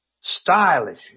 stylish